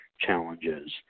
challenges